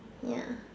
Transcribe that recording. ya